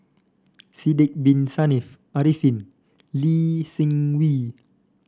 Sidek Bin Saniff Arifin Lee Seng Wee